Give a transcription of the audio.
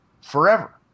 Forever